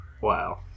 Wow